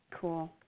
Cool